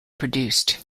produced